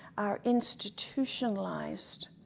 are institutionalized,